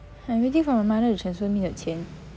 I'm waiting for my mother to transfer me the 钱